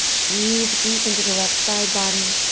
breathe deep into the left side body,